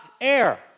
air